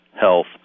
Health